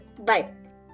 Bye